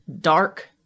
dark